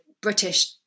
british